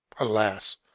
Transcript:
Alas